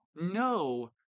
no